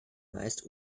meist